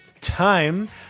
time